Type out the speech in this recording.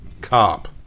cop